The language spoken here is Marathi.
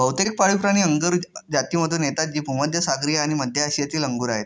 बहुतेक पाळीवप्राणी अंगुर जातीमधून येतात जे भूमध्य सागरीय आणि मध्य आशियातील अंगूर आहेत